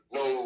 no